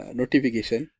notification